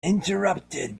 interrupted